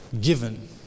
given